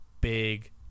big